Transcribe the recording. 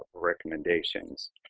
recommendations.